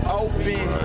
open